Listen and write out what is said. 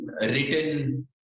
written